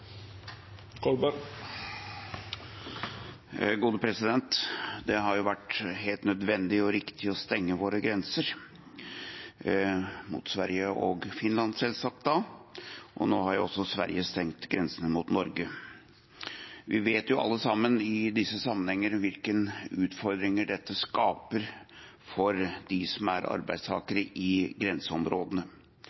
Det har vært helt nødvendig og riktig å stenge våre grenser mot Sverige og Finland, og nå har også Sverige stengt grensen mot Norge. Vi vet alle sammen i denne sammenheng hvilke utfordringer dette skaper for dem som er